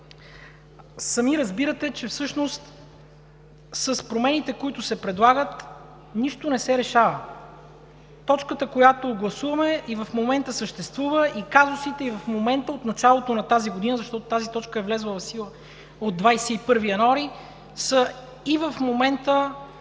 Сами разбирате, че всъщност с промените, които се предлагат, нищо не се решава. Точката, която гласуваме, и в момента съществува и казусите от началото на тази година, защото тази точка е влязла в сила от 21 януари, са актуални